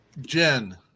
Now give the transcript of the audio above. Jen